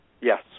Yes